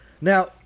Now